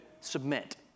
Submit